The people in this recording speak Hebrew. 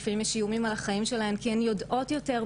מה שאומר מבחינתנו שאנחנו נופלים גם במניעה,